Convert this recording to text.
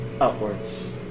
upwards